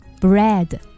Bread